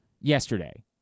yesterday